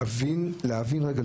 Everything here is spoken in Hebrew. להבין רגע,